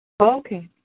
Okay